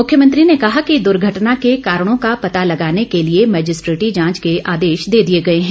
मुख्यमंत्री ने कहा कि दुर्घटना के कारणों का पता लगाने के लिए मैजिस्ट्रेटी जांच के आदेश दे दिए गए हैं